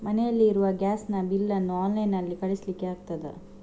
ಮನೆಯಲ್ಲಿ ಇರುವ ಗ್ಯಾಸ್ ನ ಬಿಲ್ ನ್ನು ಆನ್ಲೈನ್ ನಲ್ಲಿ ಕಳಿಸ್ಲಿಕ್ಕೆ ಆಗ್ತದಾ?